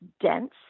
dense